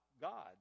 God